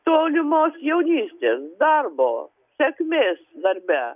tolimos jaunystės darbo sėkmės darbe